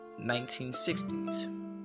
1960s